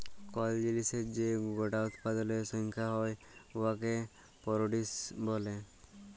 call জিলিসের যে গটা উৎপাদলের সংখ্যা হ্যয় উয়াকে পরডিউস ব্যলে